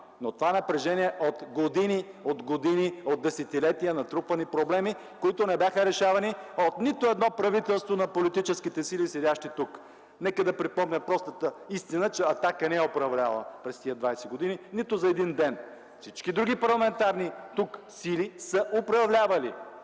но това напрежение е от години, от десетилетия натрупани проблеми, които не бяха решавани от нито едно правителство на политическите сили, седящи тук! Нека да припомня простата истина, че „Атака” не е управлявала през тези 20 години нито за един ден! Всички други парламентарни сили тук са управлявали